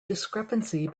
discrepancy